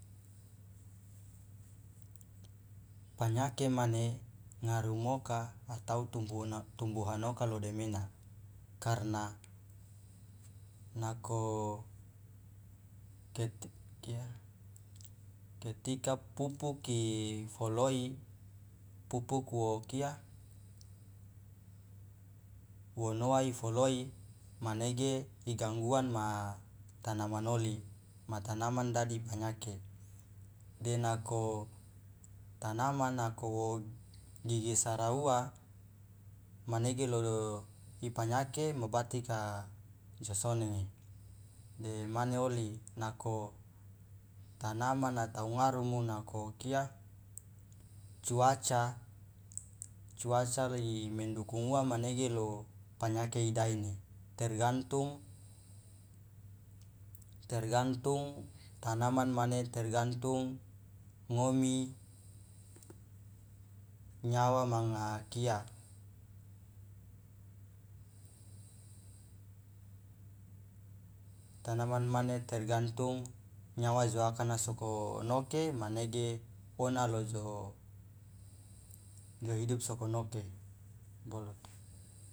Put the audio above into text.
Panyake mane ngarumoka atau tumbuhan oka lo demena karna nako kia ketika pupuk ifoloi pupuk wo kia wo noa ifoloi manege igangguan ma tanaman oli ma tanaman dadi panyake denako tanaman nako wo gigisara uwa manege lo ipanyake ma bati ka jo sonenge dan mane oli nako tanaman atau ngarumu nako kia cuaca lai mendukung uwa manege lo panyake idaene tergantung tergantung tanaman mane tergantung ngomi nyawa manga kia tanaman mane tergantung nyawa jo akana sokonoke manege ona lo jo hidup sokonoke boloto.